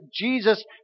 Jesus